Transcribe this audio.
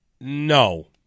No